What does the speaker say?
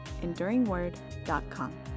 EnduringWord.com